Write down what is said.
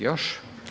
Još?